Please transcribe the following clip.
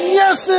yes